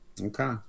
Okay